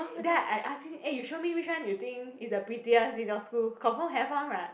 then I ask him eh you show me which one you think is the prettiest in your school confirm have one what